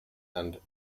and